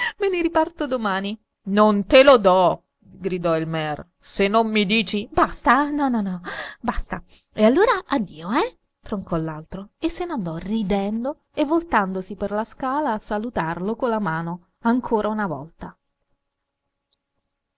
me ne riparto domani non te lo do gridò il mear se non mi dici basta no no basta e allora addio eh troncò l'altro e se n'andò ridendo e voltandosi per la scala a salutarlo con la mano ancora una volta